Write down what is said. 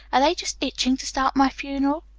are they just itching to start my funeral?